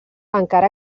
encara